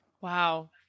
Wow